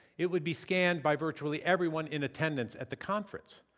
it would be scanned by virtually everyone in attendance at the conference,